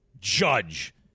Judge